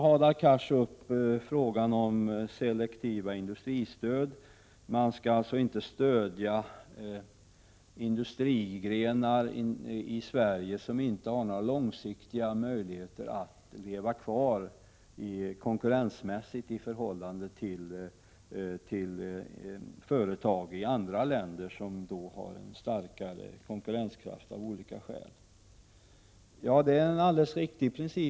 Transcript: Hadar Cars tar upp frågan om selektiva industristöd. Man skall alltså inte stödja industrigrenar i Sverige, som inte har möjligheter att långsiktigt konkurrera med företag i andra länder som av olika skäl har större konkurrenskraft. Ja, det är en alldeles riktig princip.